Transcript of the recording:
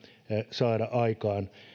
saada aikaan